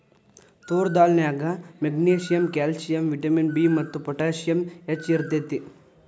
ತೋರ್ ದಾಲ್ ನ್ಯಾಗ magnesium, calcium, vitamin B ಮತ್ತು potassium ಹೆಚ್ಚ್ ಇರ್ತೇತಿ